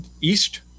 East